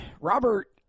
Robert